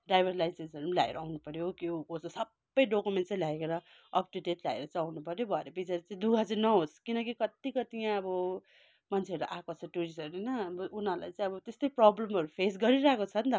driver लाइसेन्सहरू ल्याएर आउनु पर्यो त्यो को चाहिँ सबै डोकुमेन्ट्सै ल्याएर अप टु डेट ल्याएर चाहिँ आउनु पर्यो भने बिचरा चाहिँ दुःख चाहिँ नहोस् किनकि कति कति यहाँ अब मान्छेहरू आएको टुरिस्टहरू होइन अब उनीहरूलाई चाहिँ अब त्यस्तै प्रोब्लमहरू फेस गरिरहेको छ नि त